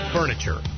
Furniture